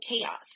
chaos